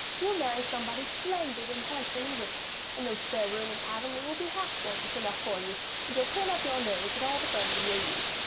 you'll marry somebody splendid and handsome and rich and no spare room in avonlea will be half gorgeous enough for you and you'll turn up your nose at all the friends of your youth.